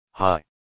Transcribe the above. Hi